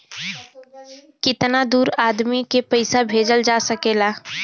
कितना दूर आदमी के पैसा भेजल जा सकला?